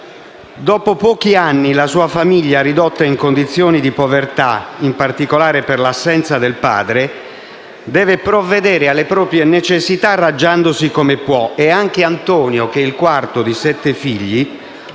Dopo pochi anni, la sua famiglia, ridotta in condizioni di povertà, in particolare per l'assenza del padre, deve provvedere alle proprie necessità arrangiandosi come può e anche Antonio, che è il quarto di sette figli,